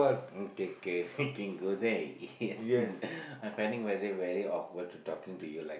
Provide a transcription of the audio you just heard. okay okay we can go there and eat I find it very very awkward to talking to you like